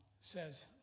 says